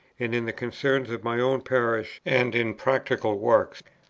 and in the concerns of my own parish and in practical works.